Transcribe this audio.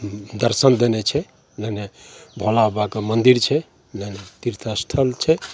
उहूँ दर्शन देने छै नहि नहि भोला बाबाके मन्दिर छै नहि नहि तीर्थ अस्थल छै